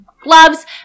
Gloves